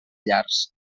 llars